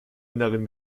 inneren